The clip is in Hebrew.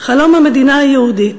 חלום המדינה היהודית,